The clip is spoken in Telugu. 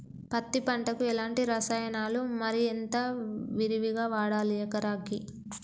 పత్తి పంటకు ఎలాంటి రసాయనాలు మరి ఎంత విరివిగా వాడాలి ఎకరాకి?